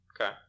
Okay